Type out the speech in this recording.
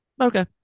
Okay